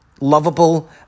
lovable